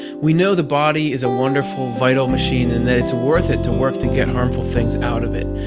we know the body is a wonderful, vital machine and that it's worth it to work to get harmful things out of it.